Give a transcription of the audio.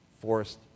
forced